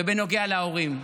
ובנוגע להורים,